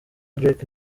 drake